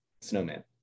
snowman